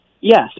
Yes